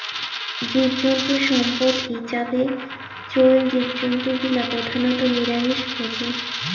জীবজন্তু সম্পদ হিছাবে চইল জীবজন্তু গিলা প্রধানত নিরামিষভোজী